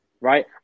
right